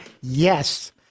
yes